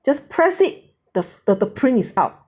just press it the the print is out